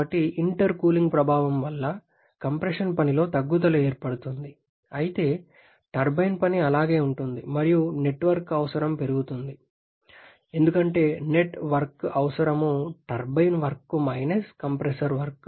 కాబట్టి ఇంటర్కూలింగ్ ప్రభావం వల్ల కంప్రెషన్ పనిలో తగ్గుదల ఏర్పడుతుంది అయితే టర్బైన్ పని అలాగే ఉంటుంది మరియు నెట్ వర్క్ అవసరం పెరుగుతుంది ఎందుకంటే నెట్ వర్క్ అవసరం turbine work minus compressor work